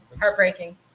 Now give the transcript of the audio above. Heartbreaking